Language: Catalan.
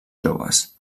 joves